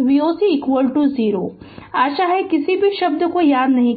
Voc 0 आशा किसी भी शब्द को याद नहीं किया